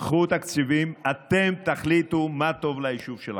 קחו תקציבים, אתם תחליטו מה טוב ליישוב שלכם.